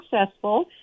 successful